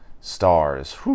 Stars